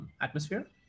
atmosphere